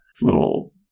little